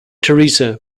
teresa